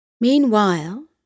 Meanwhile